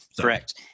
Correct